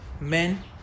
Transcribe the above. men